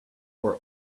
were